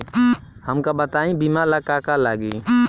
हमका बताई बीमा ला का का लागी?